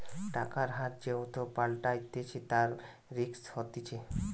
টাকার হার যেহেতু পাল্টাতিছে, তাই রিস্ক হতিছে